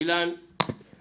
רואה